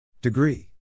Degree